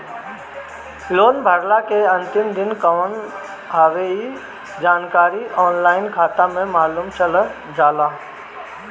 loan भरला के अंतिम दिन कवन हवे इ जानकारी ऑनलाइन खाता में मालुम चल जाला